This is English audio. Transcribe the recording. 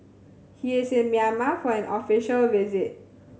he is in Myanmar for an official visit